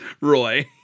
Roy